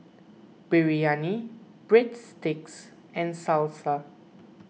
Biryani Breadsticks and Salsa